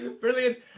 Brilliant